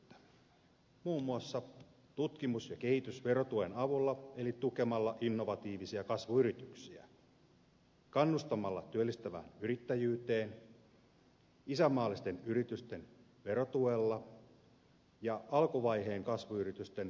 muun muassa tutkimus ja kehitysverotuen avulla eli tukemalla innovatiivisia kasvuyrityksiä kannustamalla työllistävään yrittäjyyteen isänmaallisten yritysten verotuella ja alkuvaiheen kasvuyritysten rahoituksen tukemisella